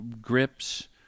Grips